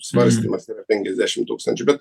svarstymas yra penkiasdešim tūkstančių bet